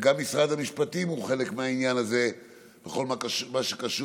וגם משרד המשפטים הוא חלק מהעניין הזה בכל מה שקשור,